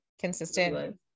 consistent